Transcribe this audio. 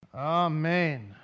Amen